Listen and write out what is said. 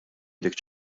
dik